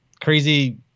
crazy